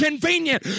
Convenient